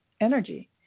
energy